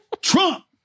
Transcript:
Trump